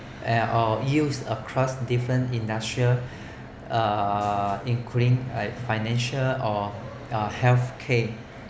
eh or use in cross different industrial uh including financial or uh health care